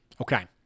Okay